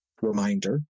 reminder